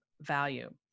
value